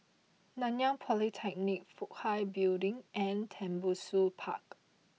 Nanyang Polytechnic Fook Hai Building and Tembusu Park